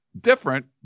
different